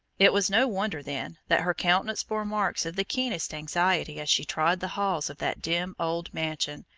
it was no wonder, then, that her countenance bore marks of the keenest anxiety as she trod the halls of that dim old mansion,